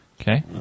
Okay